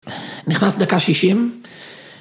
נכנס דקה שישים.